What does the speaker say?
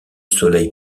soleil